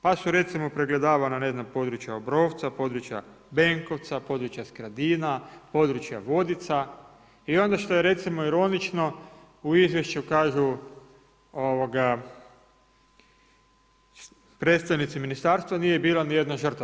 Pa su recimo pregledavana područja Obrovca, područja Benkovca, područja Skradina, područja Vodica i onda što je recimo ironično u izvješću kažu predstavnici ministarstva nije bila ni jedna žrtva.